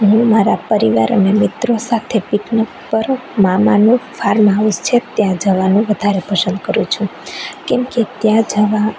હું મારા પરિવાર અને મિત્રો સાથે પિકનિક પર મામાનું ફાર્મ હાઉસ છે ત્યાં જવાનું વધારે પસંદ કરું છું કેમકે ત્યાં જવા